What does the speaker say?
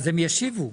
אז הם ישיבו.